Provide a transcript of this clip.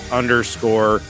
underscore